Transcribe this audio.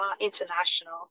international